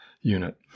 unit